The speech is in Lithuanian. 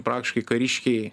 praktiškai kariškiai